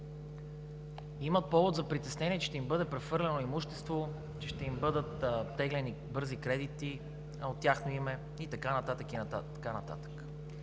имат повод за притеснение, че ще им бъде прехвърлено имущество, че ще бъдат теглени бързи кредити от тяхно име и така нататък, и така нататък.